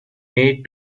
made